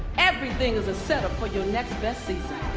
everything is a set-up for your next best season.